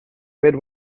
mid